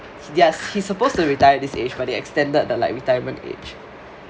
they are he is supposed to retire at this age but they extended the like retirement age